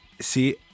See